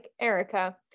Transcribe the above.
Erica